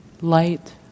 light